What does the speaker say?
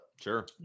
Sure